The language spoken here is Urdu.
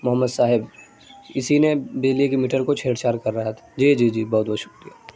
محمد صاحب اسی نے بجلی کے میٹر کو چھیڑ چھاڑ کر رہا تھا جی جی بہت بہت شکریہ